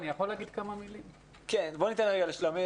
תודה רבה